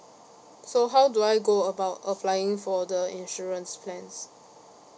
so how do I go about applying for the insurance plans